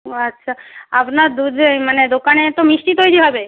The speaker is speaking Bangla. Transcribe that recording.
ও আচ্ছা আপনার দুধে মানে দোকানে তো মিষ্টি তৈরি হবে